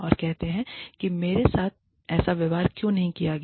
और कहते हैं कि मेरे साथ ऐसा व्यवहार क्यों नहीं किया गया